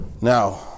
Now